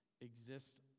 exist